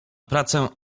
pracę